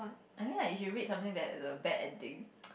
I mean like if you read something that has a bad ending